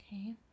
Okay